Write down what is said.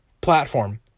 platform